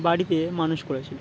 বাড়িতে মানুষ করেছিল